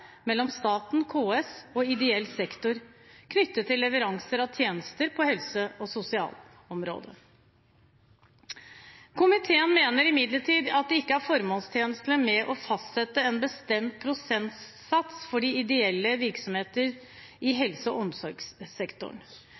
mellom staten, KS og ideell sektor knyttet til leveranser av tjenester på helse- og sosialområdet. Komiteen mener imidlertid at det ikke er formålstjenlig å fastsette en bestemt prosentsats for de ideelle virksomheter i helse- og omsorgssektoren.